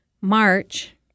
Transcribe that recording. March